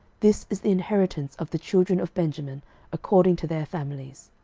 this is the inheritance of the children of benjamin according to their families.